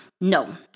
No